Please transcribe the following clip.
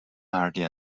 hardly